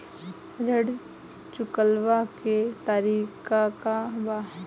ऋण चुकव्ला के तरीका का बा?